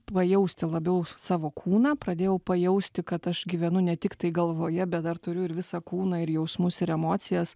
pajausti labiau savo kūną pradėjau pajausti kad aš gyvenu ne tik tai galvoje bet dar turiu ir visą kūną ir jausmus ir emocijas